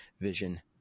vision